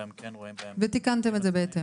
אבל הם כן --- תיקנתם את זה בהתאם.